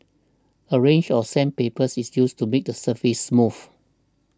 a range of sandpaper's is used to make the surface smooth